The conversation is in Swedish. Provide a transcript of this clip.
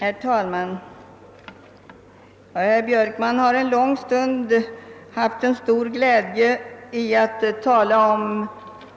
Herr talman! Herr Björkman har en lång stund haft stor glädje av att tala om